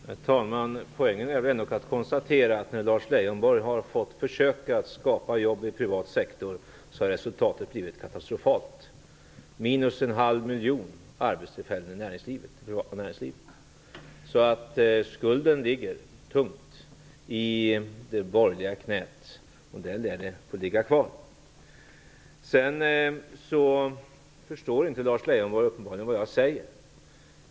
Herr talman! Poängen är att det går att konstatera att när Lars Leijonborg har fått försöka skapa jobb i privat sektor har resultatet blivit katastrofalt -- minus en halv miljon arbetstillfällen i det privata näringslivet. Skulden ligger tungt i det borgerliga knät, och där lär den få ligga kvar. Lars Leijonborg förstår uppenbarligen inte vad jag säger.